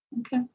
Okay